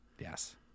Yes